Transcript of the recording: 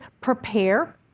prepare